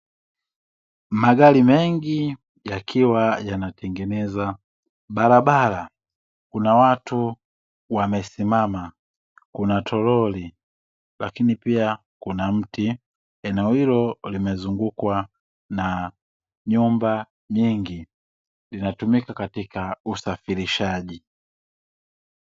Magari mengi yakiwa yanatengeneza barabara. Kuna watu wamesimama, kuna toroli lakini pia kuna mti. Eneo hilo limezungukwa na nyumba nyingi; linatumika katika usafirishaji.